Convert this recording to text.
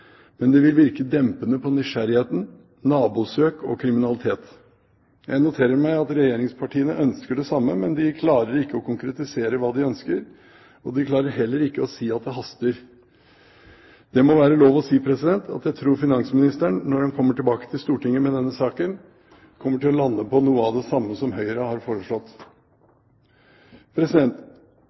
men det vil virke dempende på nysgjerrigheten, nabosøk og kriminalitet. Jeg noterer meg at regjeringspartiene ønsker det samme, men de klarer ikke å konkretisere hva de ønsker, og de klarer heller ikke å si at det haster. Det må være lov å si at jeg tror finansministeren, når han kommer tilbake til Stortinget med denne saken, kommer til å lande på noe av det samme som Høyre har foreslått.